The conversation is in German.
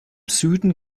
süden